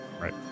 Right